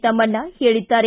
ತಮಣ್ಣ ಹೇಳಿದ್ದಾರೆ